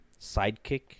sidekick